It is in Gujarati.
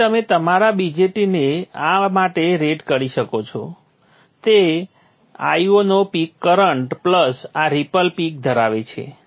તેથી તમે તમારા BJT ને આ માટે રેટ કરી શકો છો તે Io નો પીક કરન્ટ પ્લસ આ રિપલ પીક ધરાવે છે